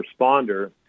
responder